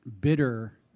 bitter